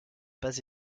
pas